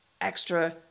extra